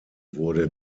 wurde